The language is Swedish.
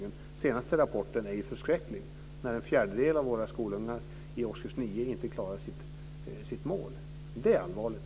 Den senaste rapporten är förskräcklig: En fjärdedel av våra skolungar i årskurs 9 klarar inte sitt mål. Det är allvarligt.